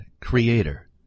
Creator